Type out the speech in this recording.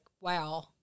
wow